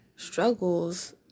struggles